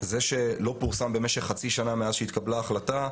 זה שלא פורסם במשך חצי שנה מאז שהתקבלה החלטה,